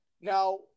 Now